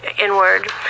inward